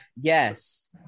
Yes